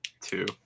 Two